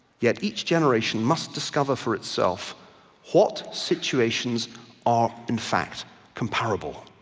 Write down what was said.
yet each generation must discover for itself what situations are in fact comparable.